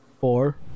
four